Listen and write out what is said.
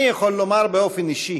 אני יכול לומר באופן אישי